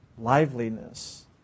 liveliness